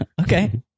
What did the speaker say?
Okay